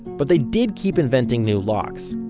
but they did keep inventing new locks.